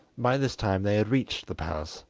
by this time they had reached the palace,